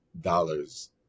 dollars